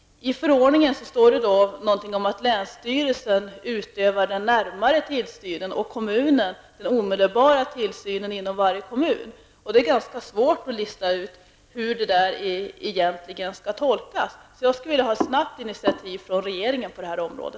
I förordningen om kemiska produkter står att länsstyrelsen utövar den närmare tillsynen och kommunen den omedelbara tillsynen inom varje kommun. Det är ganska svårt att lista ut hur detta egentligen skall tolkas. Jag skulle vilja se ett snabbt initiativ från regeringen på detta område.